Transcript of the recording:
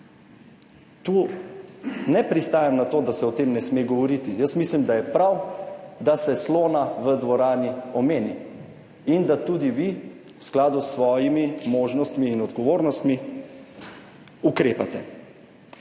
Tu ne pristajam na to, da se o tem ne sme govoriti, jaz mislim, da je prav, da se slona v dvorani omeni in da tudi vi v skladu s svojimi možnostmi in odgovornostmi ukrepate.